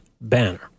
banner